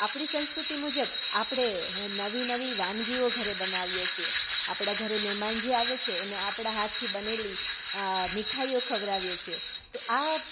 આપણી સંસ્કૃતિ મુજબ આપણે નવી નવી વાનગીઓ ઘરે બનાવીએ છીએ આપણાં ઘરે મહેમાન જે આવે છે એને આપણાં હાથથી બનેલી મીઠાઈઓ ખવડાવીએ છીએ તો આ